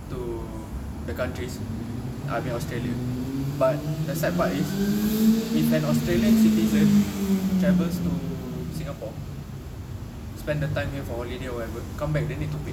to the countries I mean australia but the sad part is if an australian citizen travels to singapore spend the time here for holiday whatever comeback they need to pay